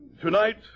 Tonight